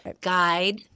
guide